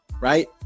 right